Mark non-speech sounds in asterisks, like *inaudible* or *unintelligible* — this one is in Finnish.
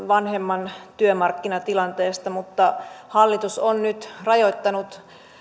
*unintelligible* vanhemman työmarkkinatilanteesta mutta hallitus on nyt rajoittanut